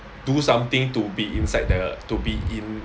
do something to be inside the to be in